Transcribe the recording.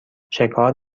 شکار